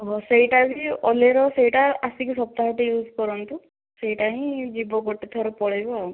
ସେଇଟା ବି ଓଲେର ସେଇଟା ଆସିକି ସପ୍ତାହଟେ ୟୁଜ କରନ୍ତୁ ସେଇଟା ହିଁ ଯିବ ଗୋଟେ ଥର ପଳେଇବ ଆଉ